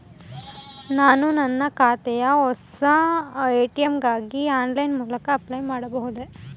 ನನ್ನ ಉಳಿತಾಯ ಖಾತೆಯ ಹೊಸ ಎ.ಟಿ.ಎಂ ಗಾಗಿ ಆನ್ಲೈನ್ ಮೂಲಕ ಅಪ್ಲೈ ಮಾಡಬಹುದೇ?